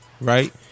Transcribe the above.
Right